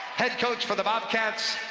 head coach for the bobcats,